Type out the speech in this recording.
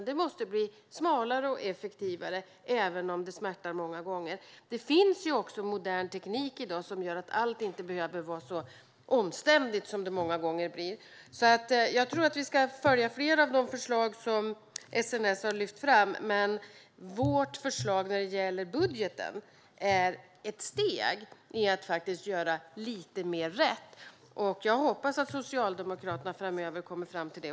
Det måste bli smalare och effektivare, även om det smärtar många gånger. Det finns i dag också modern teknik som gör att allt inte behöver vara så omständligt som det många gånger blir. Jag tror därför att vi ska följa flera av de förslag som SNS har lyft fram. Men vårt förslag när det gäller budgeten är ett steg i att faktiskt göra lite mer rätt. Jag hoppas att Socialdemokraterna framöver också kommer fram till det.